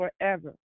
forever